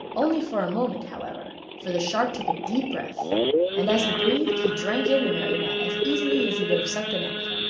only for a moment, however, for the shark took a deep breath and, as he breathed, he drank in the marionette as easily as he would have sucked an egg.